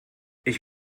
ich